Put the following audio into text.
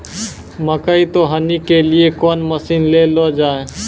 मकई तो हनी के लिए कौन मसीन ले लो जाए?